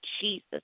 Jesus